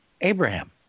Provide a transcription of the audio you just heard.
Abraham